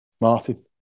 Martin